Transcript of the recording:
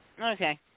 Okay